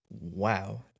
wow